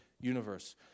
universe